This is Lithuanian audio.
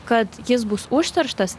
kad jis bus užterštas